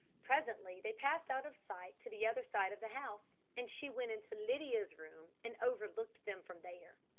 presently they passed out of sight to the other side of the house, and she went into lydia's room and overlooked them from there.